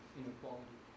inequality